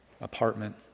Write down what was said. apartment